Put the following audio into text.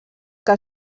que